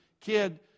kid